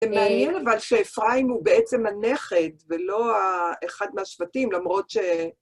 זה מעניין אבל שאפריים הוא בעצם הנכד ולא אחד מהשבטים, למרות ש...